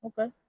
Okay